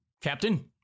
captain